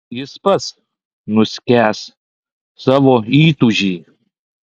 jis pats nuskęs savo įtūžy